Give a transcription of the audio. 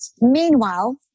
Meanwhile